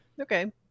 Okay